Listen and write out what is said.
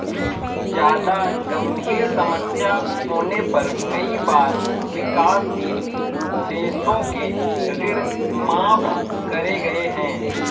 जादा गंभीर समस्या होने पर कई बार विकासशील देशों के ऋण माफ करे गए हैं